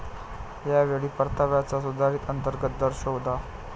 या वेळी परताव्याचा सुधारित अंतर्गत दर शोधा